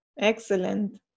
Excellent